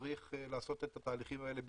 וצריך לעשות את התהליכים האלה בזהירות,